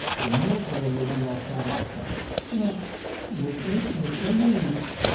the miracle was they weren't all shot on the spot right within within the week,